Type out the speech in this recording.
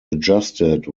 adjusted